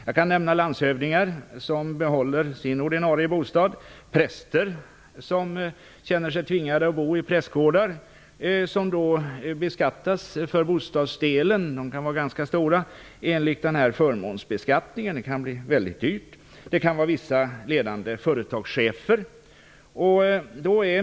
Jag kan nämna landshövdingar som behåller sin ordinarie bostad, präster som känner sig tvingade att bo i prästgårdar - som kan vara ganska stora och beskattas för bostadsdelen enligt den här förmånsbeskattningen; det kan bli väldigt dyrt - och det kan vara vissa ledande företagschefer.